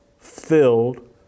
filled